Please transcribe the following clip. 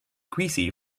greasy